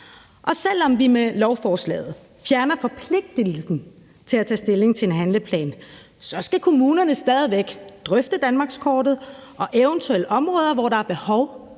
Og selv om vi med lovforslaget fjerner forpligtigelsen til at tage stilling til en handleplan, skal kommunerne stadig væk drøfte danmarkskortet og eventuelt områder, hvor der er behov